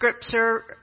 scripture